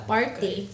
Party